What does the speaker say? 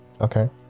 Okay